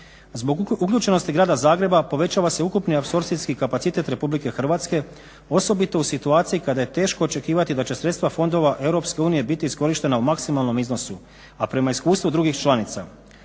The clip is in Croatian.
Zbog uključenosti Grada Zagreba povećava se ukupni apsorpcijski kapacitete RH osobito u situaciji kada je teško očekivati da će sredstva fondova EU biti iskorištena u maksimalnom iznosu, a prema iskustvu drugih članica.